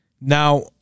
Now